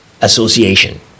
association